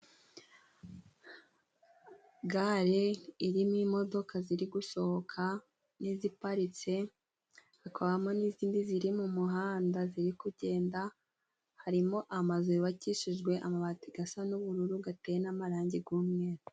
Gare irimo imodoka ziri gusohoka n'iziparitse, hakabamo n'izindi ziri mu muhanda ziri kugenda. Harimo amazu yubakishijwe amabati gasa n'ubururu gateye n'amarangi gumye.